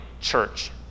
church